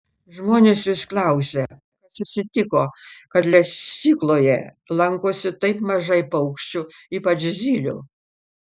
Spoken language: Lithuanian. žmonės vis klausia kas atsitiko kad lesykloje lankosi taip mažai paukščių ypač zylių